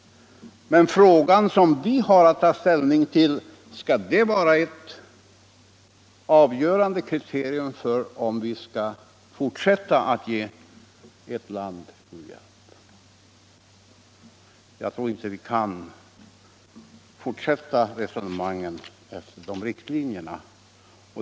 Men frågan vi har att ta ställning till är om det skall vara ett avgörande kriterium för om vi skall ge ett land u-hjälp eller inte. Jag tror inte att vi kan fortsätta resonemangen efter de riktlinjerna.